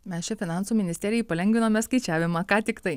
mes čia finansų ministerijai palengvinome skaičiavimą ką tiktai